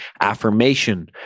affirmation